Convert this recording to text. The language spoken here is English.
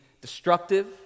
destructive